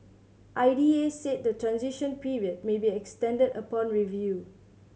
I D A said the transition period may be extended upon review